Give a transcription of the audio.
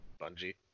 Bungie